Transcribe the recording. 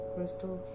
Crystal